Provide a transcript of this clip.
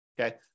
Okay